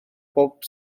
bob